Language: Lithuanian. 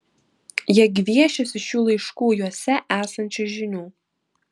jie gviešiasi šių laiškų juose esančių žinių